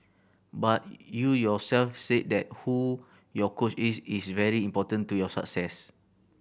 but you yourself said that who your coach is is very important to your success